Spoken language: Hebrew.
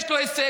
יש לו הישג,